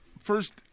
first